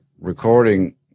recording